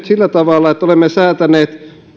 sillä tavalla että olemme säätäneet